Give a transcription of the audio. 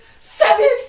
seven